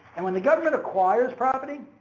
and when the government acquires property,